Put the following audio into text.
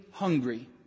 hungry